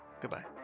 Goodbye